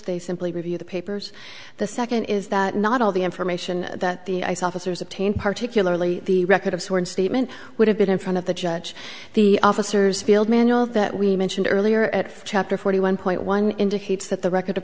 they simply review the papers the second is that not all the information that the ice officers obtain particularly the record of sworn statement would have been in front of the judge the officers field manual that we mentioned earlier at chapter forty one point one indicates that the record